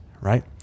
right